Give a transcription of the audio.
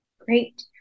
Great